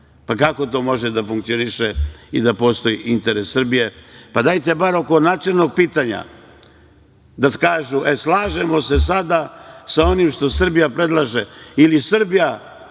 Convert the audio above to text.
Kako to može da funkcioniše i da postoji interes Srbije? Dajte bar oko nacionalnog pitanja da kažu - e, slažemo se sada sa onim što Srbija predlaže, ili - Srbija